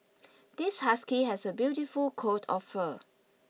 this husky has a beautiful coat of fur